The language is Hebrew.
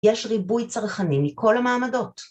‫יש ריבוי צרכנים מכל המעמדות.